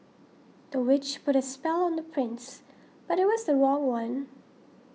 the witch put a spell on the prince but it was the wrong one